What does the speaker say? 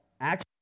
action